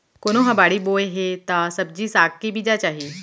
कोनो ह बाड़ी बोए हे त सब्जी साग के बीजा चाही